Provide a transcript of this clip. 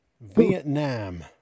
Vietnam